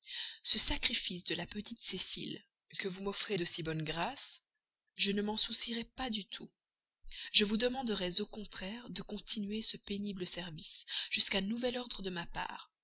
ce sacrifice de la petite cécile que vous m'offrez de si bonne grâce je ne m'en soucierais pas du tout je vous demanderais au contraire de continuer ce pénible service jusqu'à nouvel ordre de ma part